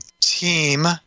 team